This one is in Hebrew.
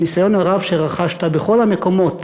מהניסיון הרב שרכשת בכל המקומות